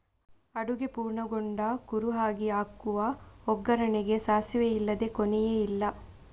ಅಡುಗೆ ಪೂರ್ಣಗೊಂಡ ಕುರುಹಾಗಿ ಹಾಕುವ ಒಗ್ಗರಣೆಗೆ ಸಾಸಿವೆ ಇಲ್ಲದೇ ಕೊನೆಯೇ ಇಲ್ಲ